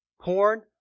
porn